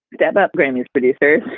deb, up grammys, producers